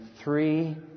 three